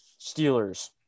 Steelers